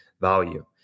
value